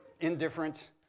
indifferent